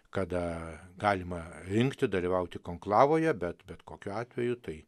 kada galima rinkti dalyvauti konklavoje bet bet kokiu atveju tai